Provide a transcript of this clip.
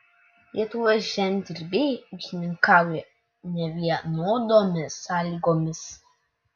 lietuvos žemdirbiai ūkininkauja nevienodomis sąlygomis